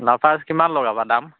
Lafarge কিমান লগাবা দাম